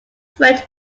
french